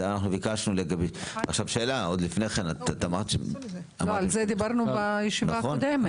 על זה דיברנו בישיבה הקודמת.